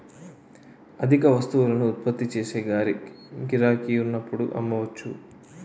అధిక వస్తువులను ఉత్పత్తి చేసి గిరాకీ ఉన్నప్పుడు అమ్మవచ్చు